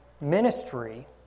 ministry